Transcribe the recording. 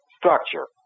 structure